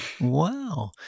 Wow